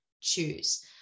choose